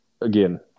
again